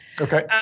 okay